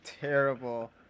terrible